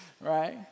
right